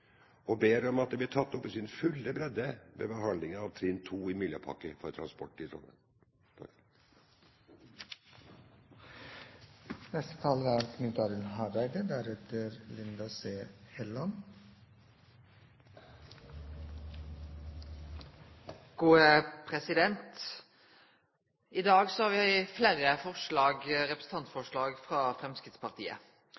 og ber om at det blir tatt opp i sin fulle bredde ved behandlingen av trinn 2 i miljøpakke for transport i Trondheim. I dag har vi